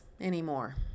anymore